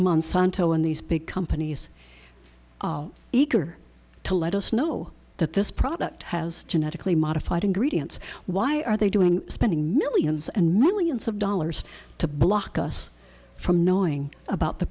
monsanto and these big companies eager to let us know that this product has genetically modified ingredients why are they doing spending millions and millions of dollars to block us from knowing about the